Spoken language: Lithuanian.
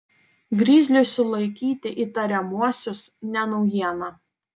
grizliui sulaikyti įtariamuosius ne naujiena